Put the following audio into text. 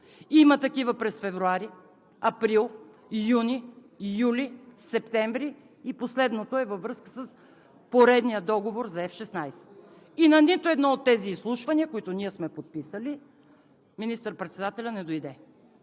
Има такива през февруари, април, юни, юли, септември и последното е във връзка с поредния договор за F-16. И на нито едно от тези изслушвания, които ние сме подписали, министър-председателят не дойде.